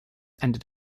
ended